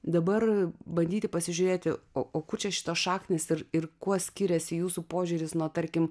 dabar bandyti pasižiūrėti o kur čia šitos šaknys ir ir kuo skiriasi jūsų požiūris nuo tarkim